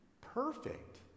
perfect